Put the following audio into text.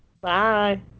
Bye